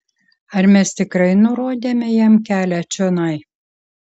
ar mes tikrai nurodėme jam kelią čionai